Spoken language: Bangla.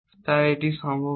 তাই এটি সম্ভব নয়